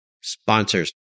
sponsors